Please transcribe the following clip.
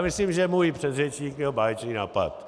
Myslím, že můj předřečník měl báječný nápad.